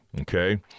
Okay